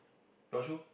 got shoe